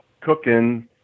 cooking